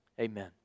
Amen